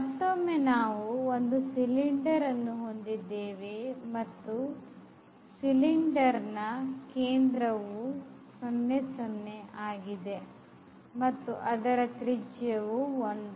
ಮತ್ತೊಮ್ಮೆ ನಾವು ಒಂದು ಸಿಲಿಂಡರನ್ನು ಹೊಂದಿದ್ದೇವೆ ಮತ್ತು ಸಿಲಿಂಡರ್ ಕೇಂದ್ರವು 00 ಆಗಿದೆ ಮತ್ತು ಅದರ ತ್ರಿಜವು 1 ಆಗಿದೆ